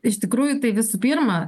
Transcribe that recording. iš tikrųjų tai visų pirma